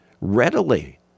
readily